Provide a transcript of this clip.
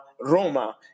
Roma